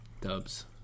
Dubs